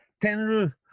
Tenru